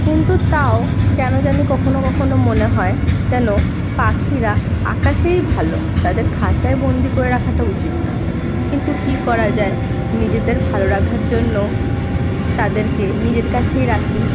কিন্তু তাও কেন জানি কখনও কখনও মনে হয় যেন পাখিরা আকাশেই ভালো তাদের খাঁচায় বন্দি করে রাখাটা উচিত নয় কিন্তু কি করা যায় নিজেদের ভালো লাগার জন্য তাদেরকে নিজের কাছেই রাখি